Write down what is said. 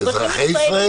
אזרחי ישראל?